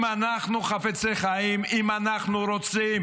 אם אנחנו חפצי חיים, אם אנחנו רוצים